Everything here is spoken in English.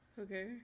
Okay